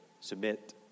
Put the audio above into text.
submit